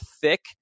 thick